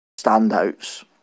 standouts